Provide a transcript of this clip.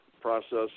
process